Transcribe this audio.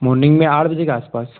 morning में आठ बजे के आस पास